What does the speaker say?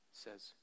says